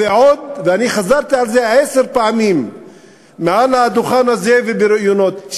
ועוד אני חזרתי על זה עשר פעמים מעל הדוכן הזה ובראיונות,